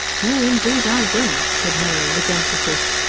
no, indeed i don't, said mary with emphasis.